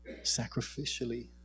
sacrificially